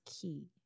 key